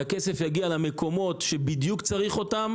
שהכסף יגיע למקומות שבדיוק צריך אותו,